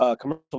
Commercial